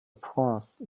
prince